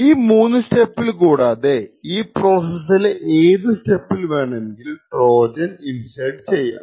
ഈ മൂന്ന് സ്റ്റെപ്പിൽ കൂടാതെ ഈ പ്രോസസ്സിലെ ഏതു സ്റ്റെപ്പിൽ വേണമെങ്കിലും ട്രോജൻ ഇൻസേർട്ട് ചെയ്യാം